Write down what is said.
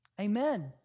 amen